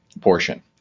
portion